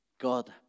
God